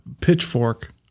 Pitchfork